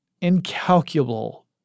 incalculable